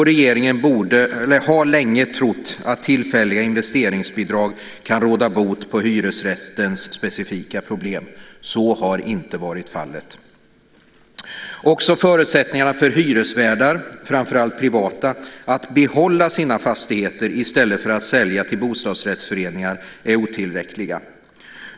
Regeringen har länge trott att tillfälliga investeringsbidrag kan råda bot på hyresrättens specifika problem. Så har inte varit fallet. Också förutsättningarna för hyresvärdar, framför allt privata, att behålla sina fastigheter i stället för att sälja till bostadsrättsföreningar är otillräckliga.